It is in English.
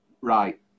Right